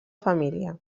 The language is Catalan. família